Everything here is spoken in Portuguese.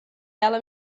ela